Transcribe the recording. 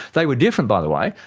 they were different, by the way,